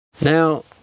Now